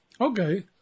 Okay